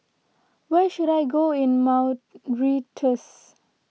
where should I go in Mauritius